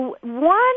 one